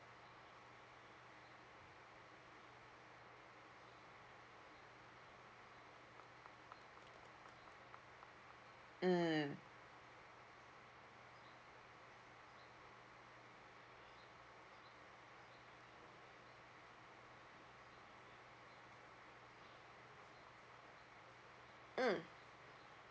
mm mm